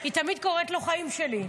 היא תמיד קוראת לו "חיים שלי".